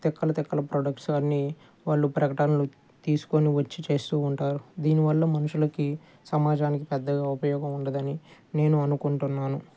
తిక్కల తిక్కల ప్రొడక్ట్స్ అన్నీ వాళ్ళు ప్రకటనలు తీసుకోని వచ్చి చేస్తూ ఉంటారు దీనివల్ల మనుషులకి సమాజానికి పెద్దగా ఉపయోగం ఉండదని నేను అనుకుంటున్నాను